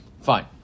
Fine